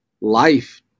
life